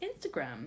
Instagram